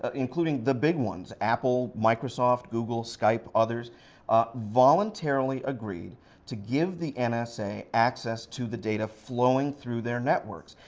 ah including the big ones, apple, microsoft, google, skype, others voluntarily agreed to give the and nsa access to the data flowing through their networks.